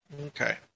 Okay